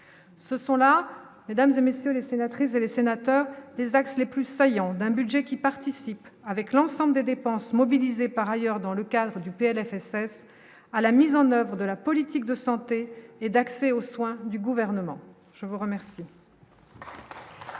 ce sont là, mesdames et messieurs les sénatrices et les sénateurs, les axes les plus saillants d'un budget qui participe avec l'ensemble des dépenses mobilisés par ailleurs dans le cadre du PLFSS à la mise en oeuvre de la politique de santé et d'accès aux soins du gouvernement, je vous remercie.